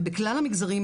ובכלל המגזרים,